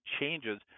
changes